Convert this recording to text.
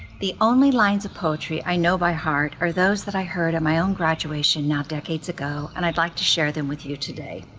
the only lines of poetry i know by heart are those that i heard in my own graduation not decades ago and i'd like to share them with you today.